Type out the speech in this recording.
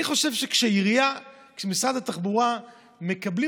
אני חושב שכשעירייה ומשרד התחבורה מקבלים